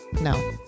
No